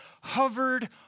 hovered